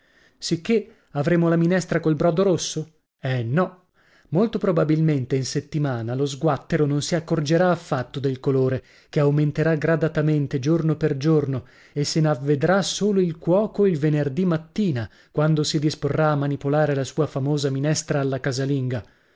sicché avremo la minestra col brodo rosso eh no molto probabilmente in settimana lo sguattero non si accorgerà affatto del colore che aumenterà gradatamente giorno per giorno e se n'avvedrà solo il cuoco il venerdì mattina quando si disporrà a manipolare la sua famosa minestra alla casalinga